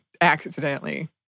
accidentally